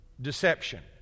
deception